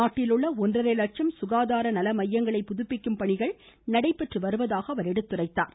நாட்டில் உள்ள ஒன்றரை லட்சம் சுகாதார நல மையங்களை புதுப்பிக்கும் பணிகள் நடைபெற்று வருவதாகவும் அவர் தெரிவித்தார்